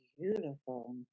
beautiful